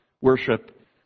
worship